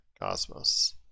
cosmos